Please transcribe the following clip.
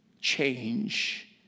change